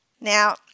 Now